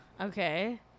Okay